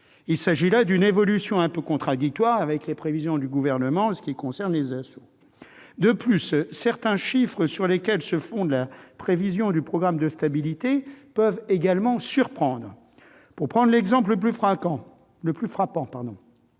Il s'agit là d'une évolution un peu contradictoire avec les prévisions du Gouvernement s'agissant des ASSO. De plus, certains chiffres sur lesquels se fonde la prévision du programme de stabilité peuvent également surprendre. Pour prendre l'exemple le plus frappant,